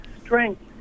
strength